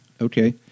Okay